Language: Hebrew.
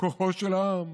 כוחו של העם,